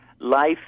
life